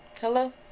Hello